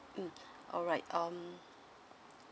mm alright um